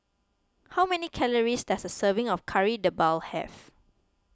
how many calories does a serving of Kari Debal have